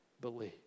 believe